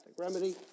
remedy